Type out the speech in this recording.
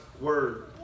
word